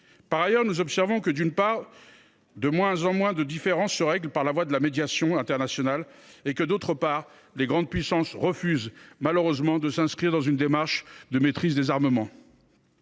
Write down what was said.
Par ailleurs, nous observons que de moins en moins de différends se règlent par la voie de la médiation internationale et que les grandes puissances refusent, malheureusement, de s’inscrire dans une démarche de maîtrise des armements.